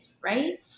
right